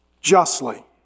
justly